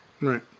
Right